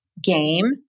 Game